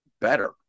Better